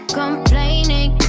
complaining